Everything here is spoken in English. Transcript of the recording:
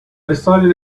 decided